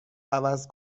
عوض